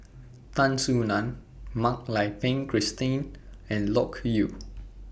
Tan Soo NAN Mak Lai Peng Christine and Loke Yew